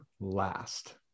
last